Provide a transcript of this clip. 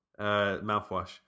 mouthwash